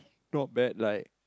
not bad like